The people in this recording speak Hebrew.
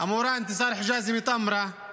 המורה אינתיסאר חיג'אזי מטמרה,